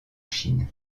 chine